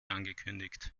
angekündigt